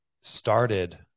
started